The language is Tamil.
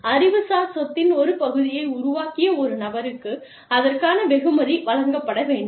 அறிவு சார் சொத்தின் ஒரு பகுதியை உருவாக்கிய ஒரு நபருக்கு அதற்கான வெகுமதி வழங்கப்பட வேண்டும்